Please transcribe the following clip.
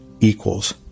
equals